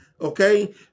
okay